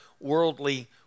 worldly